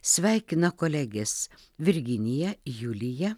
sveikina kolegės virginija julija